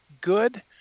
good